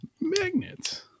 Magnets